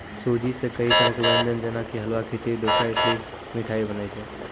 सूजी सॅ कई तरह के व्यंजन जेना कि हलवा, खिचड़ी, डोसा, इडली, मिठाई बनै छै